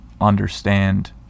understand